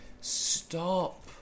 stop